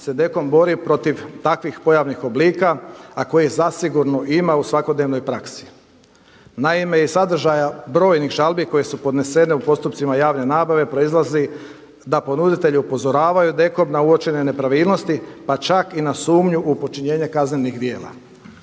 se DKOM bori protiv takvih pojavnih oblika a koje zasigurno ima u svakodnevnoj praksi. Naime iz sadržaja brojnih žalbi koje su podnesene u postupcima javne nabave proizlazi da ponuditelji upozoravaju DKOM na uočene nepravilnosti, pa čak i na sumnju u počinjenje kaznenih djela.